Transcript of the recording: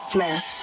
Smith